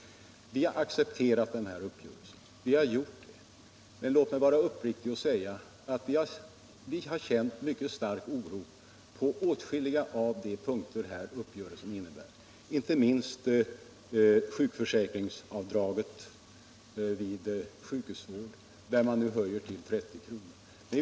Vi har accepterat den här uppgörelsen, men låt mig uppriktigt säga att vi på åtskilliga punkter av uppgörelsen känt en mycket stark oro, inte minst beträffande sjukpenningavdraget vid sjukhusvård, som nu höjs till 30 kr.